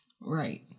Right